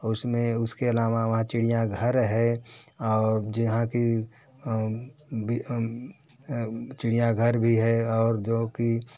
और उसमें उसके आलावा वहाँ चिड़ियाघर है और जहाँ कि चिड़ियाघर भी है और जो कि